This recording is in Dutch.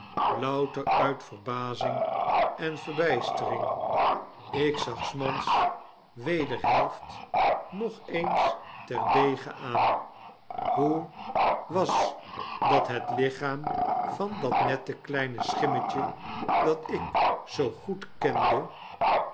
louter uit verbazing en verbijstering ik zag s mans wederhelft nog eens terdege aan hoe was dat het lichaam van dat nette kleine schimmetje dat ik zoo goed kende